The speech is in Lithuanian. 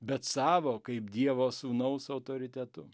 bet savo kaip dievo sūnaus autoritetu